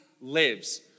lives